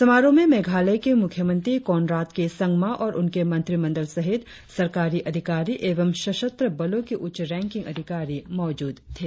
समारोह में मेघालय के मुख्यमंत्री कोनराड के संगमा और उनके मंत्रिमंडल सहित सरकारी अधिकारी एवं सशस्त्र बलों के उच्च रैंकिंग अधिकारी मौजूद थे